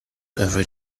every